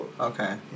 Okay